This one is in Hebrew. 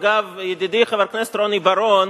אגב, ידידי חבר הכנסת רוני בר-און,